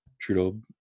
Trudeau